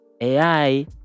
AI